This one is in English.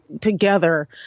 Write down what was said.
together